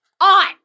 on